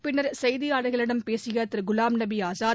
பின்னர் செய்தியாளர்களிடம் பேசிய திருகுலாம் நபி ஆஸாத்